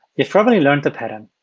you've probably learned the pattern.